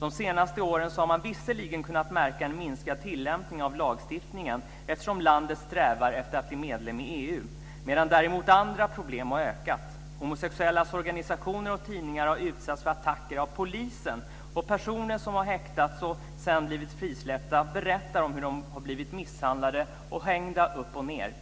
De senaste åren har man visserligen kunnat märka en minskad tillämpning av lagstiftningen, eftersom landet strävar efter att bli medlem i EU. Däremot har andra problem ökat. Homosexuellas organisationer och tidningar har utsatts för attacker av polisen. Och personer som har häktats och sedan blivit frisläppta berättar om hur de har blivit misshandlade och hängda upp och ned.